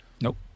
Nope